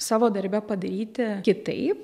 savo darbe padaryti kitaip